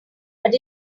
but